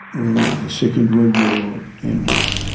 when the second world war ended,